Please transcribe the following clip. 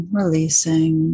releasing